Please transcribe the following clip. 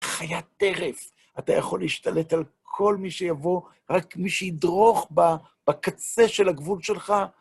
חיית טרף, אתה יכול להשתלט על כל מי שיבוא, רק מי שידרוך בקצה של הגבול שלך.